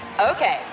Okay